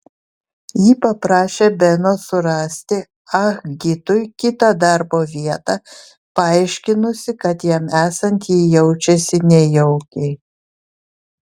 ji paprašė beno surasti ah gitui kitą darbo vietą paaiškinusi kad jam esant ji jaučiasi nejaukiai